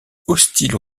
hostile